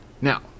Now